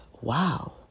wow